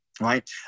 right